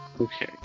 okay